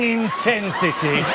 intensity